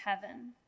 heaven